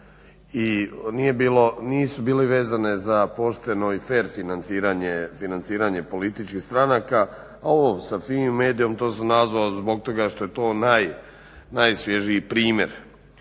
I nisu bile vezane za pošteno i fer financiranje političkih stranaka a ovo s finim medijem, to sam nazvao zbog toga što je to najsvježiji primjer.